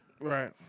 Right